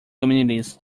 communities